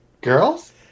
Girls